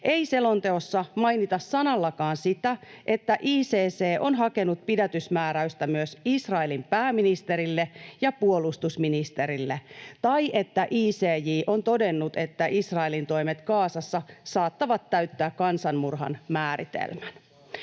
ei selonteossa mainita sanallakaan sitä, että ICC on hakenut pidätysmääräystä myös Israelin pääministerille ja puolustusministerille, tai että ICJ on todennut, että Israelin toimet Gazassa saattavat täyttää kansanmurhan määritelmän.